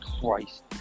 Christ